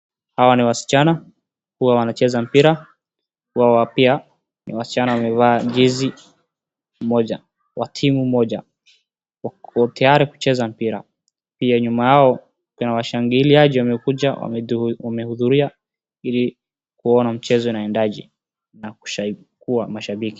Hawa ni wasichana, huwa wanacheza mpira. Wao ni pia ni wasichana wamevaa jezi moja ya timu moja. Wako tayari kucheza mpira, pia nyuma yao kuna washangiliaji wamekuja wamehudhuria ili kuona mchezo inaendaje na kuwa mashabiki.